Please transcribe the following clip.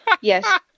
Yes